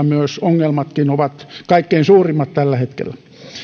myös ongelmatkin ovat kaikkein suurimmat tällä hetkellä edelleen